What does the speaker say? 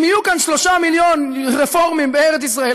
אם יהיו כאן 3 מיליון רפורמים בארץ ישראל,